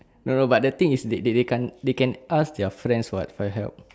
no no but the thing is they they they can't they can ask their friends [what] for help